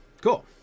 Cool